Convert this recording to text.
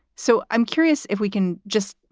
so i'm curious if we can just